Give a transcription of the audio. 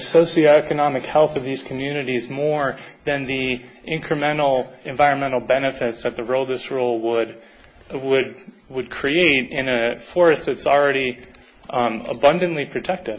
socio economic health of these communities more than the incremental environmental benefits of the role this role would would would create in a forest it's already abundantly protect